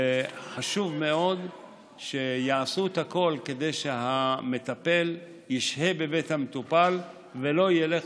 וחשוב מאוד שיעשו הכול כדי שהמטפל ישהה בבית המטופל ולא ילך